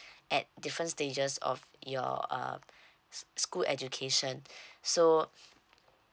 at different stages of your uh school education so